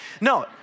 No